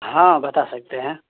ہاں بتا سکتے ہیں